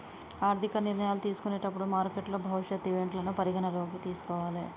ఆర్థిక నిర్ణయాలు తీసుకునేటప్పుడు మార్కెట్ భవిష్యత్ ఈవెంట్లను పరిగణనలోకి తీసుకోవాలే